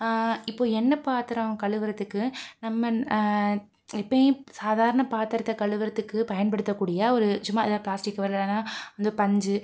இப்போது எண்ணய் பாத்திரம் கழுவுறத்துக்கு நம்ம எப்போயும் சாதாரண பாத்திரத்த கழுவுகிறத்துக்கு பயன்படுத்தக்கூடிய ஒரு சும்மா ஏதாவது பிளாஸ்டிக்கோ இல்லைனா வந்து பஞ்சு